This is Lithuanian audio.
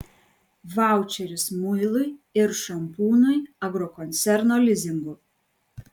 vaučeris muilui ir šampūnui agrokoncerno lizingu